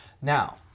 Now